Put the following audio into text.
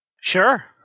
Sure